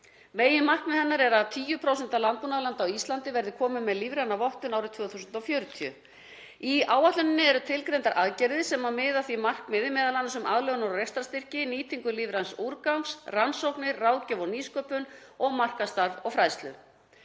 Meginmarkmið hennar er að 10% af landbúnaðarlandi á Íslandi verði komin með lífræna vottun árið 2040. Í áætluninni eru tilgreindar aðgerðir sem miða að því markmiði, m.a. um aðlögunar- og rekstrarstyrki, nýtingu lífræns úrgangs, rannsóknir, ráðgjöf og nýsköpun og markaðsstarf og fræðslu.